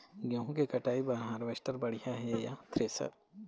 गेहूं के कटाई बर हारवेस्टर बढ़िया ये या थ्रेसर?